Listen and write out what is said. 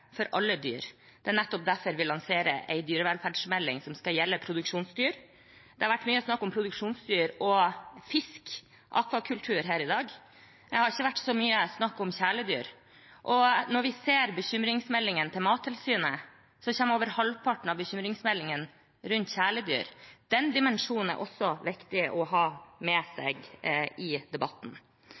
for alle dyr. Det er nettopp derfor vi lanserer en dyrevelferdsmelding som skal gjelde produksjonsdyr. Det har vært mye snakk om produksjonsdyr, fisk og akvakultur her i dag. Det har ikke vært så mye snakk om kjæledyr. Ser vi på bekymringsmeldingene til Mattilsynet, handler over halvparten av dem om kjæledyr. Den dimensjonen er også viktig å ha med seg i debatten.